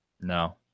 No